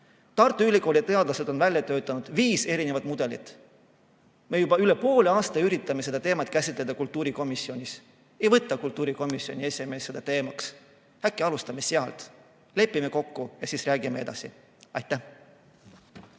Tartu Ülikooli teadlased on välja töötanud viis erinevat mudelit. Me juba üle poole aasta üritame seda teemat käsitleda kultuurikomisjonis, aga ei võta kultuurikomisjoni esimees seda teemaks. Äkki alustame sealt, lepime kokku ja siis räägime edasi! Aitäh!